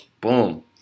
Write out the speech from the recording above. Boom